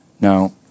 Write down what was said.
Now